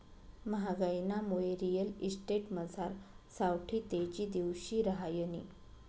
म्हागाईनामुये रिअल इस्टेटमझार सावठी तेजी दिवशी रहायनी